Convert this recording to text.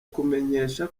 kumenyesha